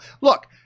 look-